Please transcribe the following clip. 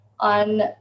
On